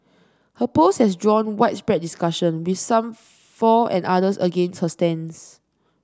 her post has drawn widespread discussion with some for and others against her stance